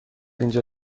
اینجا